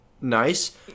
nice